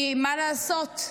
כי מה לעשות,